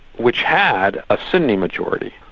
which had a sunni majority,